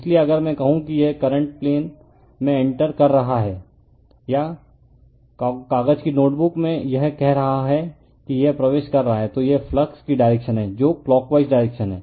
इसलिए अगर मैं कहूं कि यह करंट प्लेन में इंटर कर रहा है या कागज़ की नोटबुक में यह कह रहा है कि यह प्रवेश कर रहा है तो यह फ्लक्स की डायरेक्शन है जो क्लॉक वाइज डायरेक्शन है